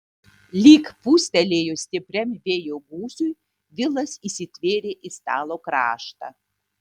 lyg pūstelėjus stipriam vėjo gūsiui vilas įsitvėrė į stalo kraštą